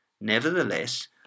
Nevertheless